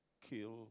kill